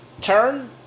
turn